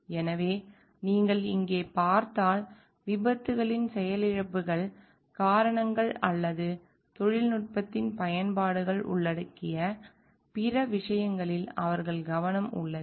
எனவே நீங்கள் இங்கே பார்த்தால் விபத்துகளின் செயலிழப்புக்கான காரணங்கள் அல்லது தொழில்நுட்பத்தின் பயன்பாடுகளை உள்ளடக்கிய பிற விஷயங்களில் அவர்களின் கவனம் உள்ளது